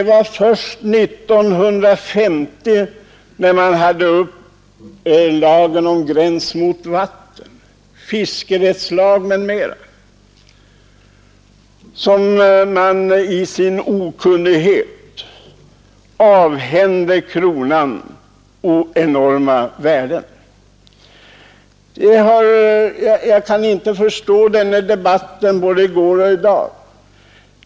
Det var först 1950, när man behandlade lagen om gräns mot vatten, fiskerättslag m.m. som man i sin okunnighet avhände kronan enorma värden. Jag kan inte förstå denna debatt i går och i dag.